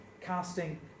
casting